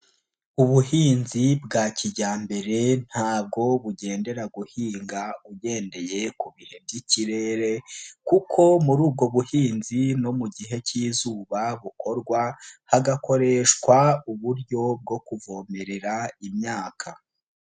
Ubuhinzi bwa kijyambere ntabwo bugendera guhinga ugendeye ku bihe by'ikirere kuko muri ubwo buhinzi no mu gihe cy'izuba bukorwa hagakoreshwa uburyo bwo kuvomerera imyaka.